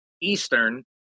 eastern